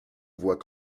voit